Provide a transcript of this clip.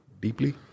deeply